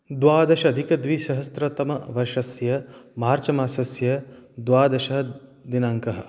द्वादशाधिक द्विसहस्रतमवर्षस्य मार्च् मासस्य द्वादशदिनाङ्कः